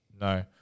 No